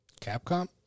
Capcom